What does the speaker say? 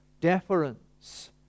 deference